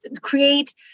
create